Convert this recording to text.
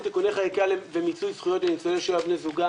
בתיקוני חקיקה ומיצוי זכויות לניצולי שואה ובני זוגם,